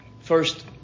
First